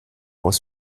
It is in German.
aus